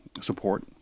support